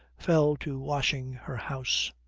fell to washing her house.